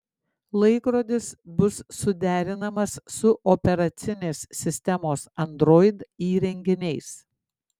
laikrodis bus suderinamas su operacinės sistemos android įrenginiais